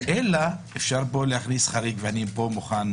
אלא אפשר פה להכניס חריג, ואני פה מוכן